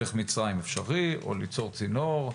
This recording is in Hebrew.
דרך מצרים אפשרי או ליצור צינור.